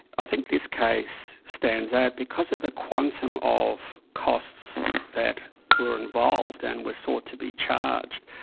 i think this case stands out because of the quantum of costs that were involved and were sought to be charged,